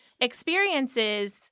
Experiences